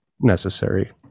necessary